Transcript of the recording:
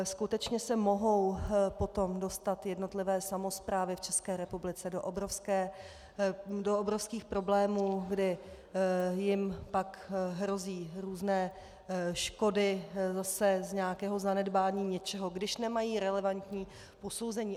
Skutečně se mohou potom dostat jednotlivé samosprávy v České republice do obrovských problémů, kdy jim pak hrozí různé škody zase z nějakého zanedbání něčeho, když nemají relevantní posouzení.